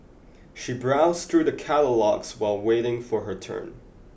she browsed through the catalogues while waiting for her turn